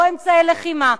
ללא אמצעי לחימה,